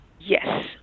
Yes